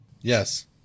Yes